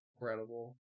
Incredible